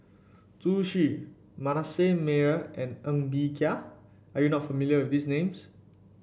Zhu Xu Manasseh Meyer and Ng Bee Kia are you not familiar with these names